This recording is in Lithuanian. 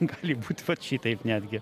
gali būt vat šitaip netgi